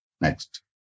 Next